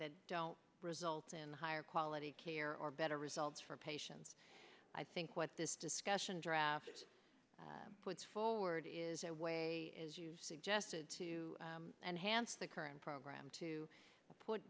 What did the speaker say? that don't result in higher quality care or better results for patients i think what this discussion draft puts forward is a way as you suggested to enhance the current program to put